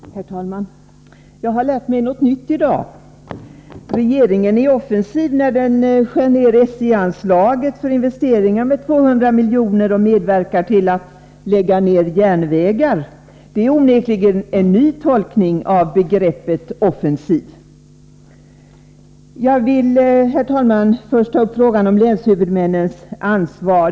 Herr talman! Jag har lärt mig något nytt i dag: Regeringen är offensiv när den skär ned SJ-anslaget för investeringar med 200 miljoner och medverkar till att lägga ned järnvägar. Det är onekligen en ny tolkning av begreppet offensiv. Jag vill, herr talman, först ta upp frågan om länshuvudmännens ansvar.